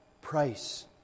price